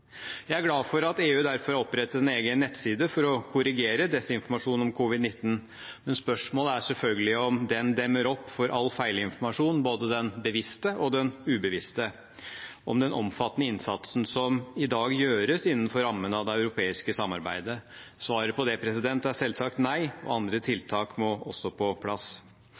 Jeg er glad for at EU derfor har opprettet en egen nettside for å korrigere desinformasjon om covid-19, men spørsmålet er selvfølgelig om den demmer opp for all feilinformasjon – både den bevisste og den ubevisste – om den omfattende innsatsen som i dag gjøres innenfor rammene av det europeiske samarbeidet. Svaret på det er selvsagt nei, og andre tiltak må også på plass.